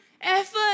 effort